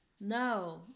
No